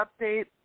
update